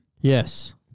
Yes